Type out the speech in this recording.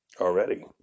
Already